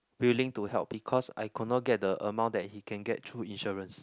willing to help because I could not get the amount that he can get through insurance